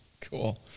Cool